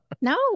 No